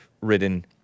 ridden